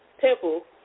temple